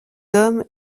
hommes